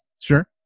Sure